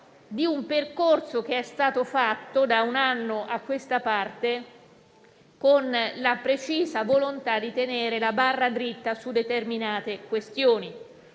di un percorso, che è stato seguito da un anno a questa parte con la precisa volontà di tenere la barra dritta su determinate questioni.